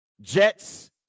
Jets